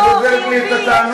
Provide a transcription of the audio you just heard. את גוזלת לי את התענוג?